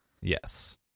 Yes